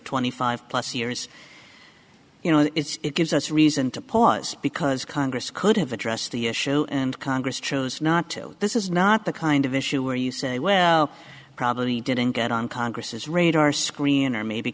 twenty five plus years you know it's it gives us reason to pause because congress could have addressed the issue and congress chose not to this is not the kind of issue where you say well probably didn't get on congress radar screen or maybe